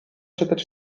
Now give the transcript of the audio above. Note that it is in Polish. czytać